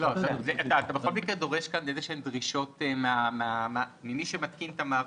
אתה בכל מקרה דורש כאן דרישות ממי שמתקין את המערכת,